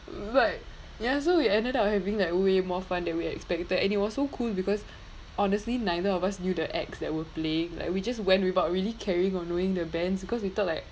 but ya so we ended up having like way more fun than we expected and it was so cool because honestly neither of us knew the acts that were playing like we just went without really caring or knowing the band's because we thought like